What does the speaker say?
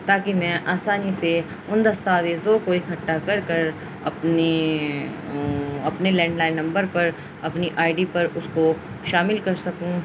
تاکہ میں آسانی سے ان دستاویزوں کو اکٹھا کر کر اپنی اپنے لینڈلائن نمبر پر اپنی آئی ڈی پر اس کو شامل کر سکوں